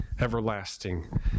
everlasting